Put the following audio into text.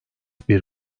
bir